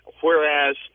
whereas